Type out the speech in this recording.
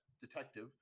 detective